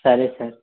సరే సార్